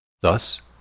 Thus